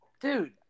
Dude